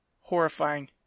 Horrifying